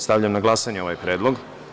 Stavljam na glasanje ovaj predlog.